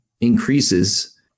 increases